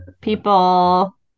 people